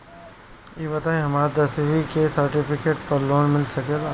ई बताई हमरा दसवीं के सेर्टफिकेट पर लोन मिल सकेला?